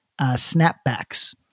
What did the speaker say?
snapbacks